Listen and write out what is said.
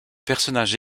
personnages